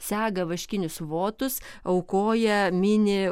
sega vaškinius votus aukoja mini